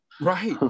Right